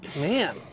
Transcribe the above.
man